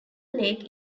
lake